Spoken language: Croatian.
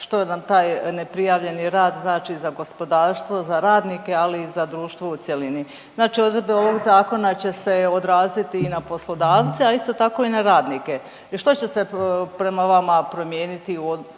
što nam taj neprijavljeni rad znači za gospodarstvo, za radnike, ali i za društvo u cjelini. Znači odredbe ovog Zakona će se odraziti i na poslodavce, ali isto tako i na radnike i što će se prema vama promijeniti prema